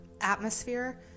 atmosphere